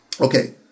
Okay